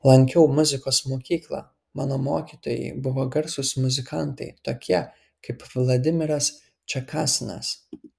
lankiau muzikos mokyklą mano mokytojai buvo garsūs muzikantai tokie kaip vladimiras čekasinas